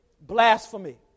blasphemy